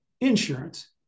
insurance